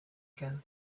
ago